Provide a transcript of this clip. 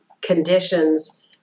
conditions